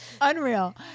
unreal